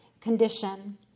condition